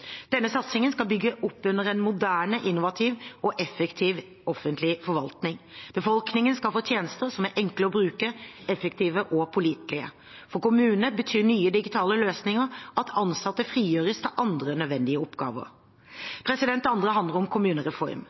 Denne satsingen skal bygge opp under en moderne, innovativ og effektiv offentlig forvaltning. Befolkningen skal få tjenester som er enkle å bruke, effektive og pålitelige. For kommunene betyr nye digitale løsninger at ansatte frigjøres til andre nødvendige oppgaver. Det andre handler om kommunereform.